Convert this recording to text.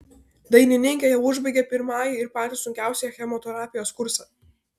dainininkė jau užbaigė pirmąjį ir patį sunkiausią chemoterapijos kursą